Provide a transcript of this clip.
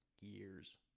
years